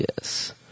Yes